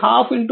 210 322